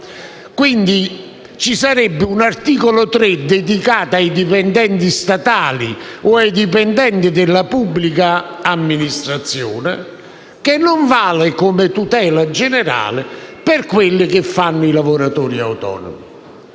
ci sarebbe un articolo 3 dedicato ai dipendenti statali o ai dipendenti della pubblica amministrazione, che non vale, come tutela generale, per i lavoratori autonomi.